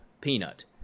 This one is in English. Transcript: peanut